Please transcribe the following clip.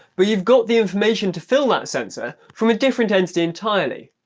but you've got the information to fill that sensor from a different entity entirely,